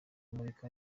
murika